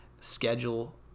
schedule